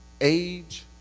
age